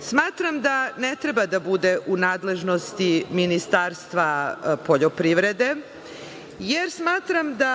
Smatram da ne treba da bude u nadležnosti Ministarstva poljoprivrede, jer smatram da